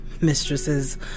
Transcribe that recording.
mistresses